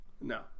No